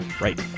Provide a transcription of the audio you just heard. Right